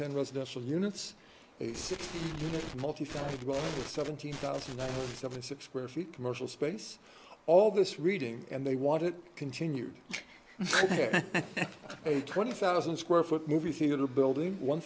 ten residential units a multi faceted one seventeen thousand and seventy six square feet commercial space all this reading and they want it continued ok a twenty thousand square foot movie theater building one